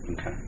Okay